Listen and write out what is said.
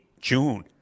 June